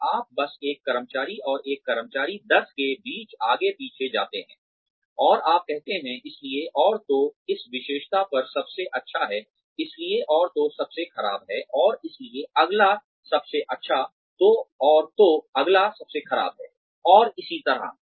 और आप बस एक कर्मचारी और कर्मचारी दस के बीच आगे पीछे जाते हैं और आप कहते हैं इसलिए और तो इस विशेषता पर सबसे अच्छा है इसलिए और तो सबसे खराब है और इसलिए अगला सबसे अच्छा तो और तो अगला सबसे खराब है और इसी तरह